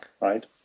Right